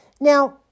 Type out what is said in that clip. Now